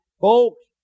folks